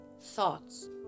thoughts